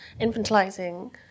infantilizing